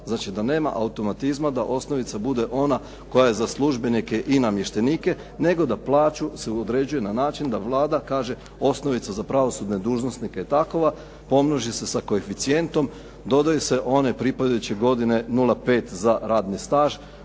znači da nema automatizma, da osnovica bude ona koja je za službenike i namještenike nego da plaću se određuje na način da Vlada kaže osnovica za pravosudne dužnosnike je takova, pomnoži se sa koeficijentom, dodaju se one pripadajuće godine 0,5 za radni staž